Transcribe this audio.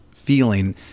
feeling